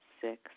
six